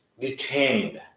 detained